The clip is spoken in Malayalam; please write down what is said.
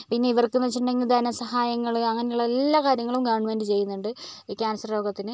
പിന്നെ ഇവർക്കെന്ന് വെച്ചിട്ടുണ്ടെങ്കിൽ ധനസഹായങ്ങൾ അങ്ങനെയുള്ള എല്ലാ കാര്യങ്ങളും ഗവൺമെൻറ് ചെയ്യുന്നുണ്ട് ഈ ക്യാൻസർ രോഗത്തിന്